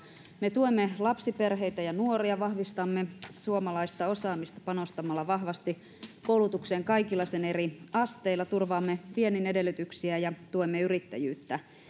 me tuemme lapsiperheitä ja nuoria vahvistamme suomalaista osaamista panostamalla vahvasti koulutukseen kaikilla sen eri asteilla turvaamme viennin edellytyksiä ja tuemme yrittäjyyttä